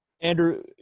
Andrew